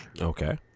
Okay